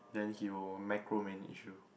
then he will macro manage you